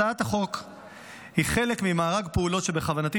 הצעת החוק היא חלק ממארג פעולות שבכוונתי